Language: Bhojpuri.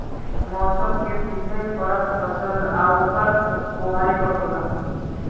मौसम के सीधे फरक फसल आ ओकर बोवाई पर होला